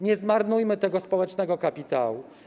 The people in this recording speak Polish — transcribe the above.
Nie zmarnujmy tego społecznego kapitału.